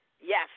Yes